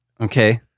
Okay